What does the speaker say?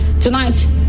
Tonight